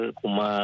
kuma